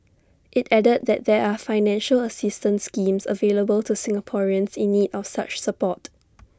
IT added that there are financial assistance schemes available to Singaporeans in need of such support